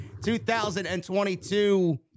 2022